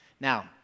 Now